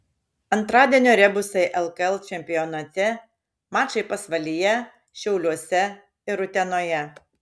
antradienio rebusai lkl čempionate mačai pasvalyje šiauliuose ir utenoje